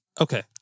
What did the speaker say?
Okay